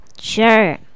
Sure